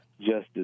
justice